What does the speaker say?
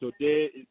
today